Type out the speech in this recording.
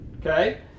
okay